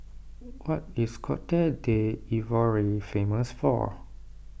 what is Cote D'Ivoire famous for